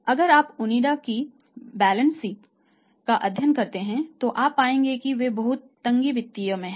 अगर आप ओनिडा की बैलेंस शीट का अध्ययन करते हैं तो आप पाएंगे कि वे बहुत तंगी वित्तीय में हैं